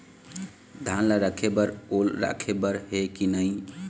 धान ला रखे बर ओल राखे बर हे कि नई?